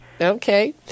Okay